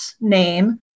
name